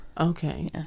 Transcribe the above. Okay